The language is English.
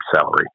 salary